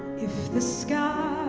if the sky